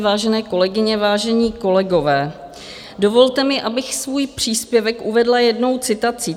Vážené kolegyně, vážení kolegové, dovolte mi, abych svůj příspěvek uvedla jednou citací.